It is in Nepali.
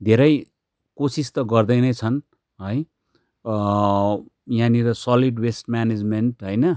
धेरै कोसिस त गर्दै नै छन् है यहाँनिर सलिड वेस्ट म्यानेजमेन्ट हैन